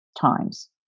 times